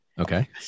Okay